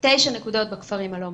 תשע נקודות בכפרים הלא מוכרים.